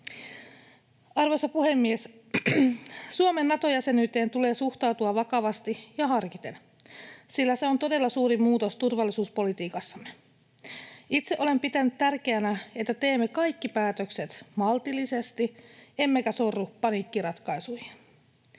Arvoisa puhemies! Suomen Nato-jäsenyyteen tulee suhtautua vakavasti ja harkiten, sillä se on todella suuri muutos turvallisuuspolitiikassamme. Itse olen pitänyt tärkeänä, että teemme kaikki päätökset maltillisesti emmekä sorru paniikkiratkaisuihin.